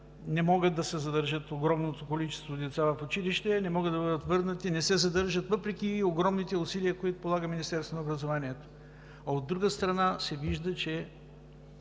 не може да се задържи огромното количество деца в училище, не могат да бъдат върнати, не се задържат, въпреки огромните усилия, които полага Министерството на образованието, а, от друга, се вижда, че